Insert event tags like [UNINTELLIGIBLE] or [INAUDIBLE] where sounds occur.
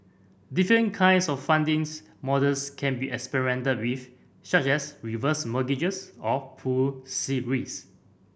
different kinds of funding [UNINTELLIGIBLE] models can be experimented with such as reverse mortgages or pooled see risk